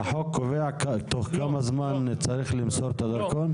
החוק קובע תוך כמה זמן צריך למסור את הדרכון?